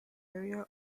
area